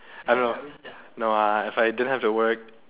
I don't know no ah if I don't have to work